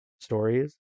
stories